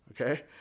Okay